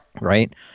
Right